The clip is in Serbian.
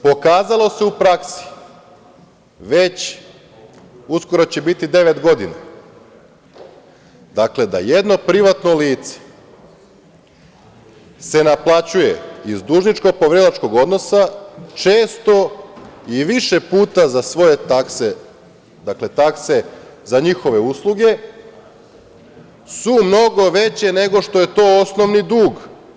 Pokazalo se u praksi već, uskoro će biti devet godina, dakle da jedno privatno lice se naplaćuje iz dužničko-poverilačkog odnosa, često i više puta za svoje takse, dakle takse za njihove usluge su mnogo veće nego što je to osnovni dug.